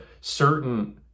certain